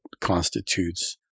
constitutes